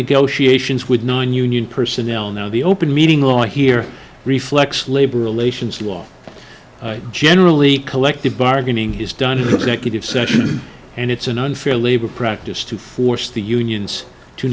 negotiations with non union personnel now the open meeting law here reflects labor relations law generally collective bargaining is done exactly of session and it's an unfair labor practice to force the unions to